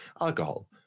alcohol